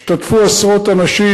השתתפו עשרות אנשים.